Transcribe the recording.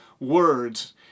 words